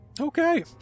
okay